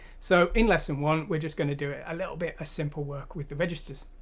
so in lesson one we're just going to do it a little bit a simple work with the registers,